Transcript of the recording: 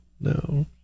no